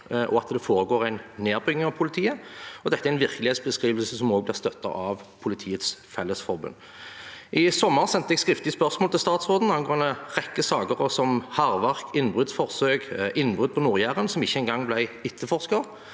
og at det foregår en nedbygging av politiet. Dette er en virkelighetsbe skrivelse som også blir støttet av Politiets Fellesforbund. I sommer sendte jeg et skriftlig spørsmål til statsråden angående en rekke saker, som hærverk, innbruddsforsøk og innbrudd på Nord-Jæren, som ikke engang ble etterforsket.